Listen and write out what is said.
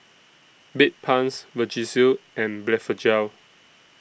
Bedpans Vagisil and Blephagel